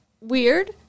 weird